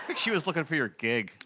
but she was lookin' for your gig.